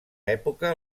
època